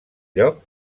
lloc